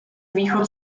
východ